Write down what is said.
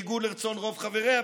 בניגוד לרצון רוב חבריה,